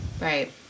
Right